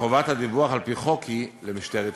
חובת הדיווח על-פי חוק היא למשטרת ישראל.